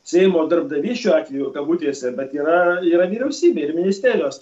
seimo darbdavys šiuo atveju kabutėse bet yra yra vyriausybė ir ministerijos